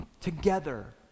together